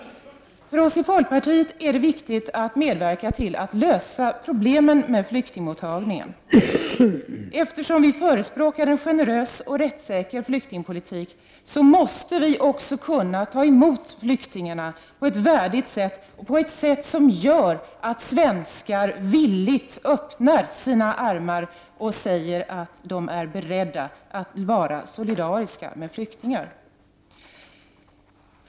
För oss i folkpartiet är det viktigt med medverkan när det gäller att lösa problemen med flyktingmottagningen. Vi förespråkar en generös och rättssäker flyktingpolitik, och därför måste flyktingarna kunna tas emot på ett värdigt sätt, på ett sådant sätt att svenskar villigt och med öppna armar säger att de är beredda att vara solidariska med flyktingarna.